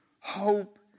Hope